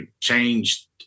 changed